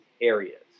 areas